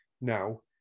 now